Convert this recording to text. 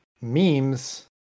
memes